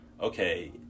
okay